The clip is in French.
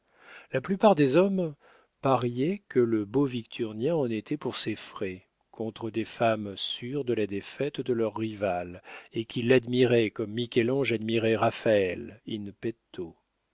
la plupart des hommes pariaient que le beau victurnien en était pour ses frais contre des femmes sûres de la défaite de leur rivale et qui l'admiraient comme michel-ange admirait raphaël